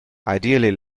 ideally